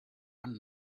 and